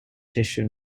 tissue